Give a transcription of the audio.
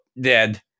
dead